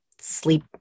sleep